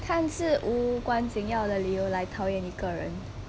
看似无关紧要的理由来讨厌一个人